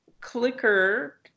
clicker